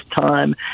time